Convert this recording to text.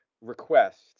request